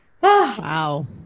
Wow